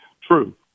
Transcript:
true